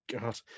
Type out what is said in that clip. God